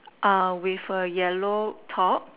with yellow top